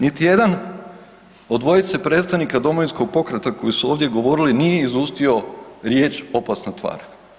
Niti jedan od dvojice predstavnika Domovinskog pokreta koji su ovdje govorili nije izustio riječ opasna tvar.